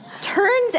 turns